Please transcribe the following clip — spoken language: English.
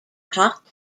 hot